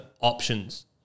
options